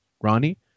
Ronnie